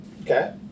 Okay